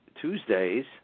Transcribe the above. Tuesdays